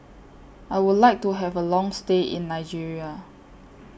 I Would like to Have A Long stay in Nigeria